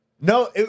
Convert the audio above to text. no